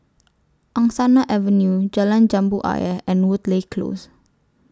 Angsana Avenue Jalan Jambu Ayer and Woodleigh Close